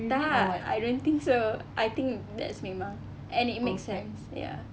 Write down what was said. tak I don't think so I think that's memang and it makes sense ya